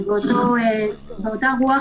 הצעת חוק החברות (תיקון מס' 34) (רישום חברה באופן מקוון),